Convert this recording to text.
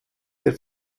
der